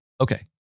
Okay